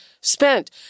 spent